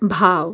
भाव